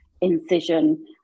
incision